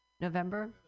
November